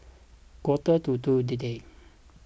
quarter to two today